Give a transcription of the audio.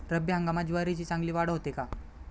रब्बी हंगामात ज्वारीची चांगली वाढ होते का?